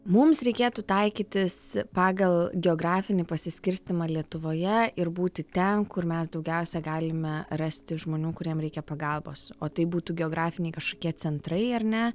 mums reikėtų taikytis pagal geografinį pasiskirstymą lietuvoje ir būti ten kur mes daugiausia galime rasti žmonių kuriem reikia pagalbos o tai būtų geografiniai kažkokie centrai ar ne